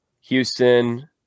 Houston